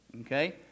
okay